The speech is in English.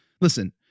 listen